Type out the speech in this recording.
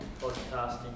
podcasting